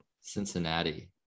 Cincinnati